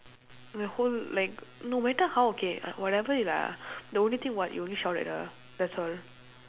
my whole like no matter how okay uh whatever it is lah the only thing what you only shout at her that's all